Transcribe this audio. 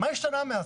מה השתנה מאז?